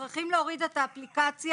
וצריכים להוריד את האפליקציה.